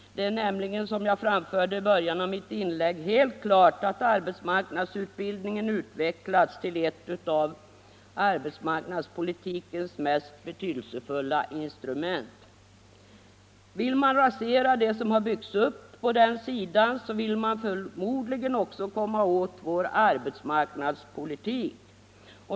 Som jag sade i början av mitt inlägg är det nämligen helt klart att arbetsmarknadsutbildningen har utvecklats till ett av arbetsmarknadspolitikens mest betydelsefulla instrument. Vill man rasera det som byggts upp på den sidan, vill man förmodligen också komma åt vår arbetsmarknadspolitik.